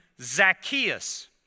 Zacchaeus